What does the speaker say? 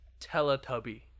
Teletubby